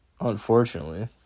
unfortunately